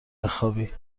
بخوابی